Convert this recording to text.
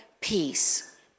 peace